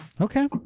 Okay